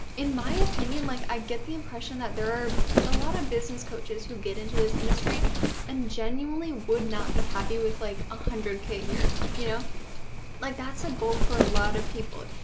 in my opinion like i get the impression that there are a lot of business coaches who get into this industry and genuinely would not be happy with like one hundred k a year. you know like that's a goal for a lot of people.